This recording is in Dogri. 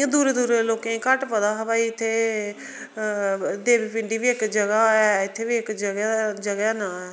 इयां दूरे दूरे दे लोकें गी घट्ट पता हा भाई इत्थै देवी पिंडी बी इक जगह ऐ इत्थै बी इक जगह ऐ जगह दा ना